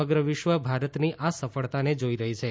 સમગ્ર વિશ્વ ભારતની આ સફળતાને જોઈ રહી છે